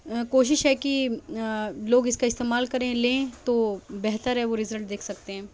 کوشش ہے کہ لوگ اس کا استعمال کریں لیں تو بہتر ہے وہ رزلٹ دیکھ سکتے ہیں